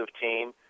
team